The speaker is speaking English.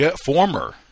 former